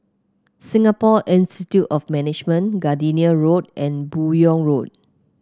Singapore Institute of Management Gardenia Road and Buyong Road